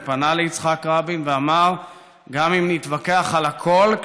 הוא פנה ליצחק רבין ואמר: "גם אם נתווכח על הכול,